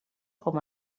com